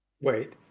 Wait